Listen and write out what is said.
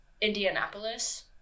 indianapolis